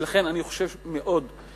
ולכן אני חושב שצריך,